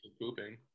pooping